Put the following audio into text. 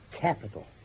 Capital